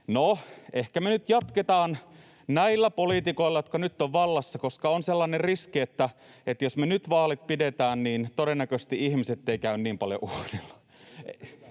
ehkä me nyt jatketaan näillä poliitikoilla, jotka nyt ovat vallassa, koska on sellainen riski, että jos me nyt vaalit pidetään, niin todennäköisesti ihmiset eivät käy niin paljon uurnilla.